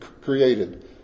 created